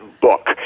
book